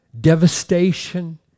devastation